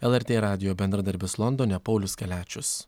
lrt radijo bendradarbis londone paulius kaliačius